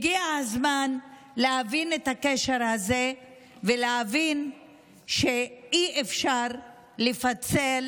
הגיע הזמן להבין את הקשר הזה ולהבין שאי-אפשר לפצל